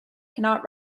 cannot